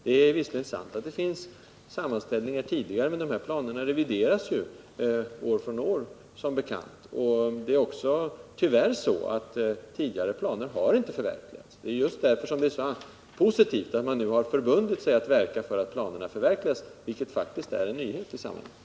Det är visserligen sant att det fanns sammanställningar redan tidigare — de här planerna revideras som bekant år från år — men det är tyvärr också så, att tidigare planer inte har förverkligats. Det är just därför som det är så viktigt att man har förbundit sig att verka för att planerna skall förverkligas, vilket faktiskt är en nyhet i sammanhanget.